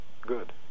good